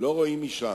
לא רואים משם".